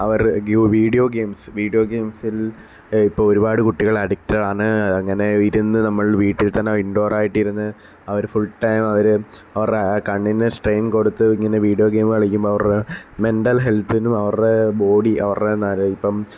അവർ give video games video ഗെയിംസില് ഇപ്പോൾ ഒരുപാട് കുട്ടികള് അഡിക്റ്റഡ് ആണ് അങ്ങനെ ഇരുന്നു നമ്മള് വീട്ടില് തന്നെ ഇന്ഡോര് ആയിട്ട് ഇരുന്നു അവർ ഫുള്ടൈം അവർ അവരുടെ കണ്ണിനു സ്ട്രെയിന് കൊടുത്ത് ഇങ്ങനെ വീഡിയോ ഗെയിം കളിക്കുമ്പോള് അവരുടെ മെന്റല് ഹെല്ത്തിനും അവരുടെ ബോഡി അവരുടെ ഇപ്പം